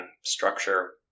structure